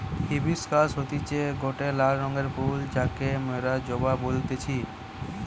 hibiscus হতিছে গটে লাল রঙের ফুল যাকে মোরা জবা বলতেছি